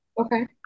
Okay